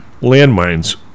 landmines